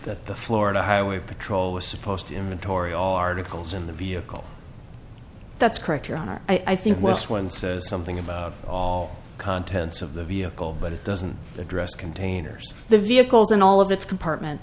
that the florida highway patrol was supposed to inventory all articles in the vehicle that's correct your honor i think was one says something about all contents of the vehicle but it doesn't address containers the vehicles and all of its compartment